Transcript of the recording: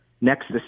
next